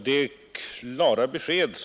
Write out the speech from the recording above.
Herr talman!